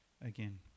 again